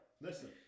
Listen